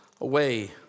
away